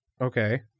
Okay